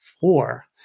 four